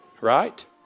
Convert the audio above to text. right